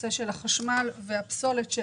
אנחנו